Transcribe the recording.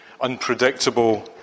unpredictable